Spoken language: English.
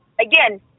again